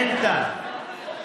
אין טעם.